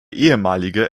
ehemalige